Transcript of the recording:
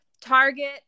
target